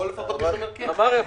פה לפחות אומרים: כן.